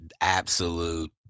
absolute